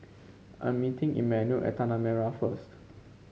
I'm meeting Emanuel at Tanah Merah first